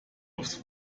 aufs